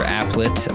applet